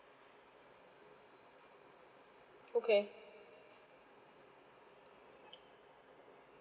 okay